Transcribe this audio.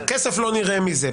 כסף לא נראה מזה.